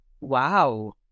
wow